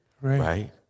Right